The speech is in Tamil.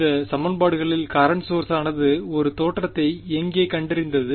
இந்த சமன்பாடுகளில் கரண்ட் சோர்சானது ஒரு தோற்றத்தைக் எங்கே கண்டறிந்தது